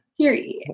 Period